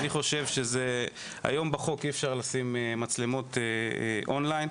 היום בחוק אי-אפשר לשים מצלמות און-ליין.